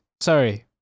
Sorry